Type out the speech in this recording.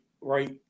right